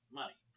money